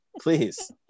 please